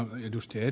puhemies